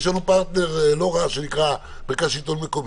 יש לנו פרטנר לא רע שנקרא מרכז שלטון מקומי,